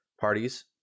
Parties